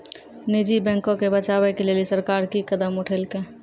निजी बैंको के बचाबै के लेली सरकार कि कदम उठैलकै?